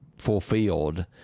fulfilled